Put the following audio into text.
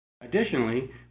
Additionally